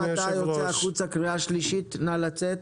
גם אתה יוצא החוצה, קריאה שלישית, נא לצאת.